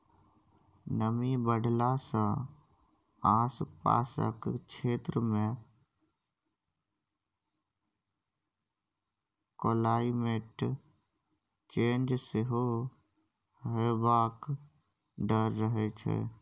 नमी बढ़ला सँ आसपासक क्षेत्र मे क्लाइमेट चेंज सेहो हेबाक डर रहै छै